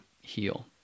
heal